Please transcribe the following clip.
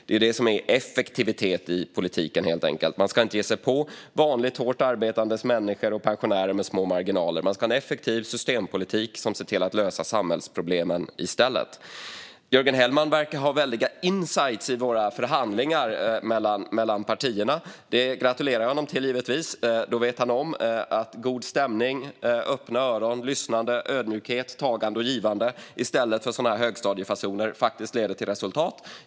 Det är det som är effektivitet i politiken, helt enkelt. Man ska inte ge sig på vanliga, hårt arbetande människor och pensionärer med små marginaler. Man ska ha en effektiv systempolitik som ser till att lösa samhällsproblemen i stället. Jörgen Hellman verkar ha väldiga insikter i våra förhandlingar mellan partierna. Det gratulerar jag honom till; då vet han att god stämning, öppna öron, lyssnande, ödmjukhet, tagande och givande i stället för högstadiefasoner faktiskt leder till resultat.